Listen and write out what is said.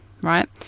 right